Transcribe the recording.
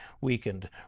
weakened